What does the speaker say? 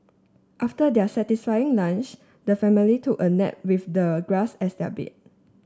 after their satisfying lunch the family took a nap with the grass as their bed